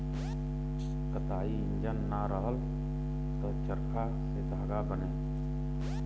कताई इंजन ना रहल त चरखा से धागा बने